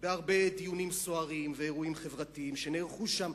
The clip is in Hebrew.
בהרבה דיונים סוערים ואירועים חברתיים שנערכו שם,